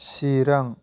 चिरां